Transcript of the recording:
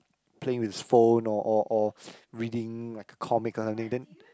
playing with his phone or or or reading like a comic or something then